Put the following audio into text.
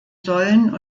sollen